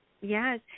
Yes